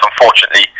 Unfortunately